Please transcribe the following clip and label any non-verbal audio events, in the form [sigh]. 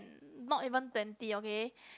[noise] not even twenty okay